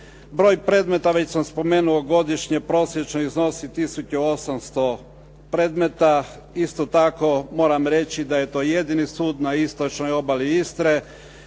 Broj predmeta već sam spomenuo godišnje prosječno iznosi tisuću 800 predmeta. Isto tako, moram reći da je to jedini sud na istočnoj obali Istre